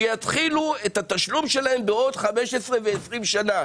שיתחילו את התשלום שלהם בעוד 15 ו-20 שנה.